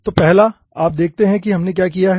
तो पहला आप देखते हैं कि हमने क्या किया है